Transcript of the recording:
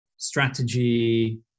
strategy